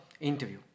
interview